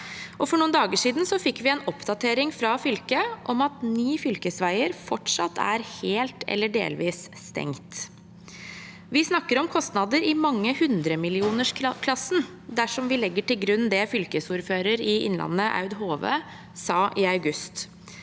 for noen dager siden fikk vi en oppdatering fra fylket om at ni fylkesveier fortsatt er helt eller delvis stengt. Vi snakker om kostnader i mange hundremillionersklassen dersom vi legger til grunn det fylkesordføreren i Innlandet, Aud Hove, sa i august.